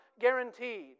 guaranteed